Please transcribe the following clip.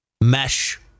mesh